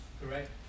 correct